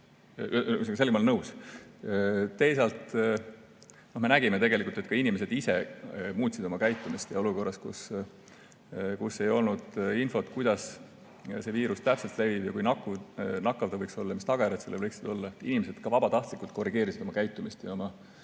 Sellega ma olen nõus. Teisalt me nägime tegelikult, et ka inimesed ise muutsid oma käitumist. Ja olukorras, kus ei olnud infot, kuidas see viirus täpselt levib ja kui nakkav ta võiks olla ja mis tagajärjed sellel võiksid olla, inimesed vabatahtlikult korrigeerisid oma käitumist, oma